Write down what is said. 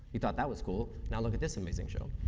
you thought that was cool. now look at this amazing so.